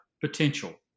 potential